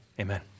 amen